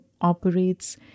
operates